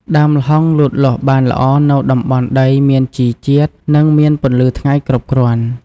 ដើមល្ហុងលូតលាស់បានល្អនៅតំបន់ដីមានជីជាតិ និងមានពន្លឺថ្ងៃគ្រប់គ្រាន់។